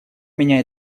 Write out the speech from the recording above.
меня